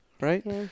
right